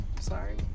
Sorry